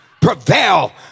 prevail